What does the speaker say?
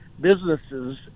businesses